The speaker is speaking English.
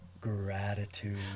gratitude